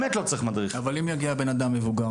אבל אם יגיע אדם מבוגר,